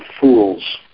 fools